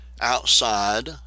outside